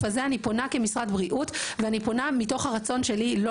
הזה אני פונה כמשרד בריאות ואני פונה מתוך הרצון שלי לא